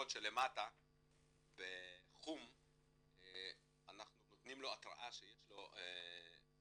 למטה אתם יכולים לראות שאנחנו נותנים לו התראה שיש לו צורך,